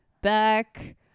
back